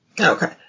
Okay